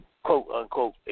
quote-unquote